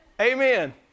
Amen